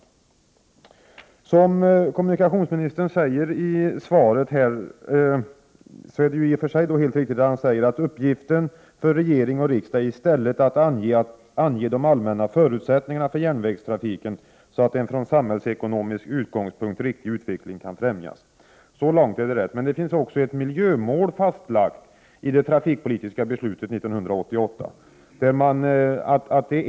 fd Av & Ä ng Ne Uddevalla Det som kommunikationsministern säger i svaret är i och för sig helt riktigt, nämligen att uppgiften för regering och riksdag i stället är att ange de allmänna förutsättningarna för järnvägstrafiken, så att en från samhällsekonomisk utgångspunkt riktig utveckling kan främjas. Så långt är det rätt. Men i det trafikpolitiska beslutet 1988 finns också ett miljömål fastlagt.